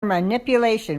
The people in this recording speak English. manipulation